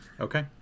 Okay